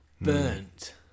burnt